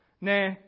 Nah